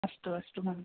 अस्तु अस्तु